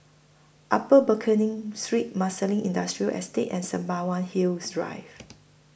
Upper Pickering Street Marsiling Industrial Estate and Sembawang Hills Drive